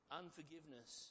unforgiveness